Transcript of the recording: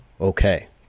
Okay